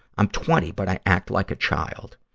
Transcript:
i'm twenty, but i act like a child.